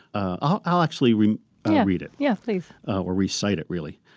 i'll i'll actually read read it yeah, please or recite it really.